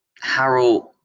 Harold